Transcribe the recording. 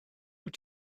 wyt